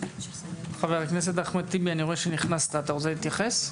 חבר הכנסת אחמד טיבי, אתה רוצה להתייחס?